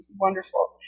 wonderful